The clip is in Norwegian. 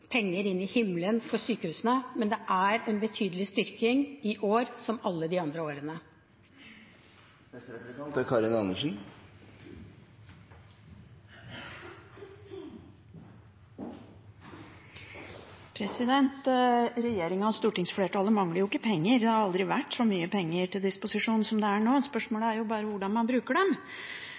penger inn i himmelen for sykehusene, men det er en betydelig styrking i år som i alle de andre årene. Regjeringen og stortingsflertallet mangler jo ikke penger. Det har aldri vært så mye penger til disposisjon som det er nå, spørsmålet er bare hvordan man bruker dem.